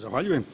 Zahvaljujem.